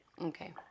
Okay